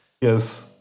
Yes